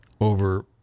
over